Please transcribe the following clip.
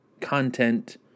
content